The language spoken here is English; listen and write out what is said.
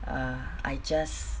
err I just